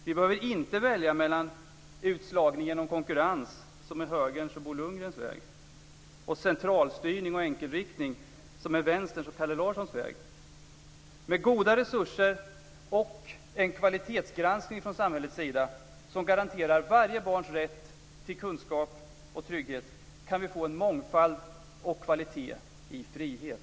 Vi behöver inte välja mellan utslagning genom konkurrens, som är Högerns och Bo Lundgrens väg, och centralstyrning och enkelriktning, som är Vänsterns och Kalle Larssons väg. Med goda resurser och en kvalitetsgranskning från samhällets sida som garanterar varje barns rätt till kunskap och trygghet kan vi få en mångfald och kvalitet i frihet.